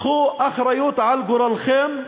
קחו אחריות לגורלכם,